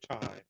time